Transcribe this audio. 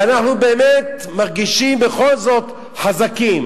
ואנחנו באמת מרגישים בכל זאת חזקים.